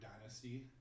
dynasty